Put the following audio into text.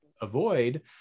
avoid